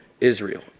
Israel